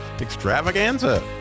Extravaganza